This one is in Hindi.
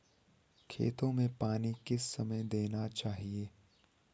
खेतों में पानी किस समय देना चाहिए?